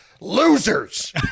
losers